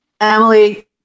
Emily